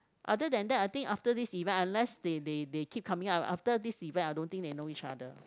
other than that I think after this event unless they they they keep coming out after this event I don't think they know each other